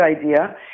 idea